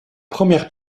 première